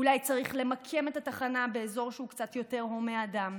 אולי צריך למקם את התחנה באזור קצת יותר הומה אדם?